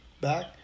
back